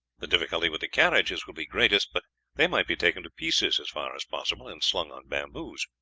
the difficulty with the carriages will be greatest, but they might be taken to pieces as far as possible and slung on bamboos.